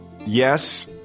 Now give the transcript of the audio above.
Yes